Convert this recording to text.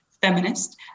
feminist